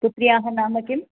पुत्र्याः नाम किम्